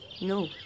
No